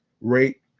rate